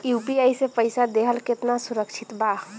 UPI से पईसा देहल केतना सुरक्षित बा?